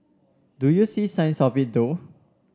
do you see signs of it though